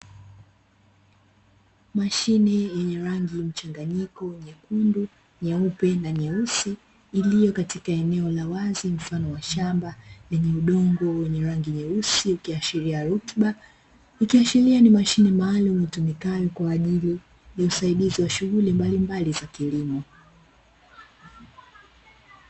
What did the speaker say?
Mashine yenye rangi mchanganyiko nyekundu, nyeupe na nyeusi; iliyo katika eneo la wazi mfano wa shamba lenye udongo wenye rangi nyeusi ukiashiria rutuba, ikiashiria ni mashine maalumu itumikayo kwa ajili ya usaidizi wa shughuli mbalimbali za kilimo.